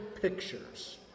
pictures